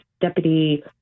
Deputy